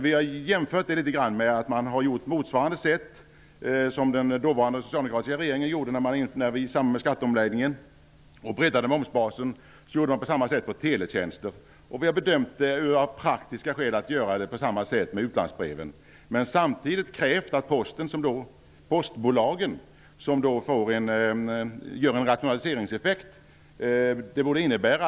Vi har jämfört detta med vad den dåvarande socialdemokratiska regeringen gjorde när det gällde teletjänster. I samband med skatteomläggningen och den breddade momsbasen gjorde man på motsvarande sätt. Av praktiska skäl har vi valt att göra på samma sätt med utlandsbreven. Detta borde innebära att postbolagen inte tar ut skattehöjningen hos konsumenterna.